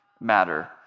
matter